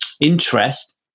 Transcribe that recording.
interest